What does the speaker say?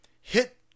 hit